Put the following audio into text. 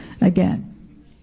again